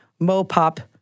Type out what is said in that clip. Mopop